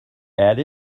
add